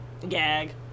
gag